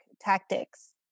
tactics